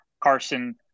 Carson –